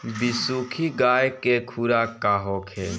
बिसुखी गाय के खुराक का होखे?